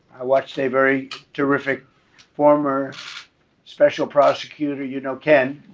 i watched a very terrific former special prosecutor. you know ken.